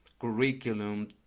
curriculum